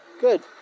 Good